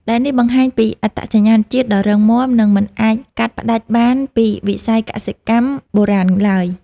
ដែលនេះបង្ហាញពីអត្តសញ្ញាណជាតិដ៏រឹងមាំ និងមិនអាចកាត់ផ្តាច់បានពីវិស័យកសិកម្មបុរាណឡើយ។